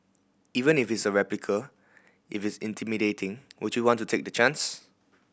even if is a replica if is intimidating would you want to take the chance